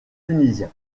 tunisien